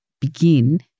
begin